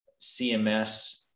CMS